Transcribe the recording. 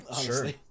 sure